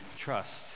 trust